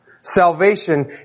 Salvation